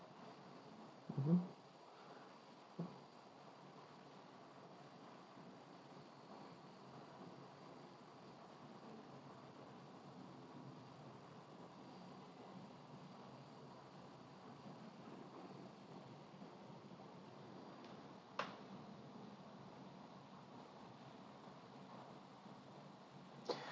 mmhmm